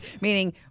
Meaning